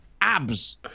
abs